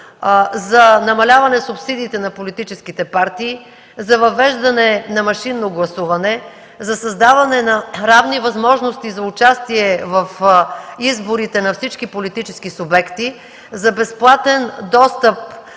за намаляване субсидиите на политическите партии, за въвеждане на машинно гласуване, за създаване на равни възможности за участие в изборите на всички политически субекти, за безплатен достъп